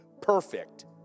perfect